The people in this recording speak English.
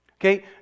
Okay